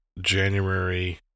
January